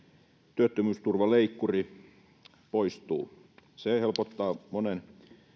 työttömyysturvaleikkuri poistuu se helpottaa monen